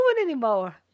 anymore